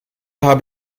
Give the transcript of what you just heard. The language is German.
habe